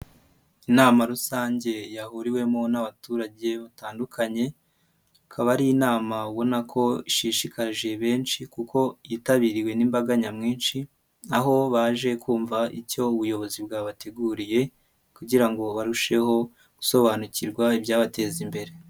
Inama rusange yahuriwemo n'abaturage batandukanye, ikaba ari inama ubona ko ishishikaje benshi kuko yitabiriwe n'imbaga nyamwinshi, aho baje kumva icyo ubuyobozi bw'abateguriye kugira ngo barusheho gusobanukirwa ibyabateza imbere.